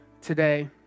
today